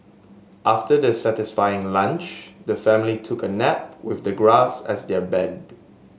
after their satisfying lunch the family took a nap with the grass as their bed